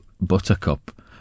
buttercup